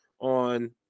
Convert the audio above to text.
on